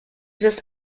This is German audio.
das